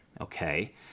Okay